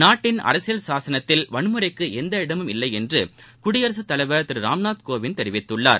நாட்டின் அரசியல் சாசனத்தில் வன்முறைக்கு எந்த இடமும் இல்லையென்று குடியரசு தலைவர் திரு ராம்நாத் கோவிந்த் தெரிவித்துள்ளார்